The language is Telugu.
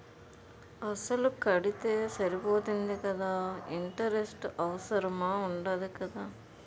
అసలు కడితే సరిపోతుంది కదా ఇంటరెస్ట్ అవసరం ఉండదు కదా?